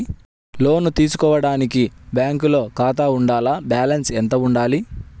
లోను తీసుకోవడానికి బ్యాంకులో ఖాతా ఉండాల? బాలన్స్ ఎంత వుండాలి?